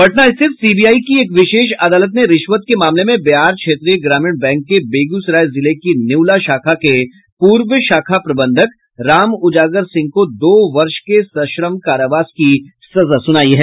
पटना स्थित सीबीआई की एक विशेष अदालत ने रिश्वत के मामले में बिहार क्षेत्रीय ग्रामीण बैंक के बेगूसराय जिले की नेउला शाखा के पूर्व शाखा प्रबंधक रामउजागर सिंह को दो वर्ष के सश्रम कारावास की सजा सुनाई है